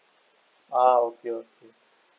ah okay okay